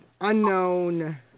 unknown